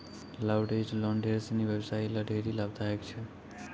leveraged loan ढेर सिनी व्यवसायी ल ढेरी लाभदायक छै